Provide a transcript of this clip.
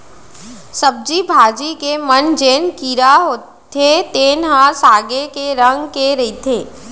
सब्जी भाजी के म जेन कीरा होथे तेन ह सागे के रंग के रहिथे